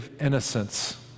innocence